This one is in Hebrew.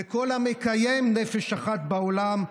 וכל המקיים נפש אחת" בעולם,